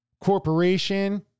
Corporation